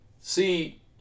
See